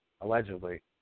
allegedly